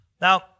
Now